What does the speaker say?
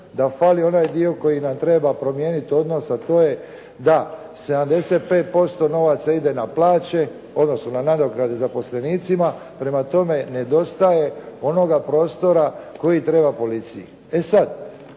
da fali onaj dio koji nam treba promijeniti odnos, a to je da 75% novaca ide na plaće, odnosno na nagrade zaposlenicima. Prema tome, nedostaje onoga prostora koji treba policiji.